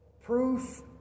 Proof